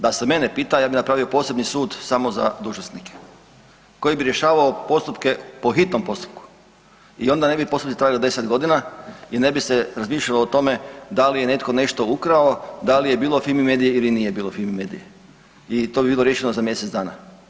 Da se mene pita ja bih napravio posebni sud samo za dužnosnike koji bi rješavao postupke po hitnom postupku i onda ne postupci trajali 10 godina i ne bi se razmišljalo o tome da li je netko nešto ukrao, da li je bilo Fimi Medije ili nije bilo Fimi Medije i to bi bilo riješeno za mjesec dana.